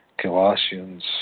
Colossians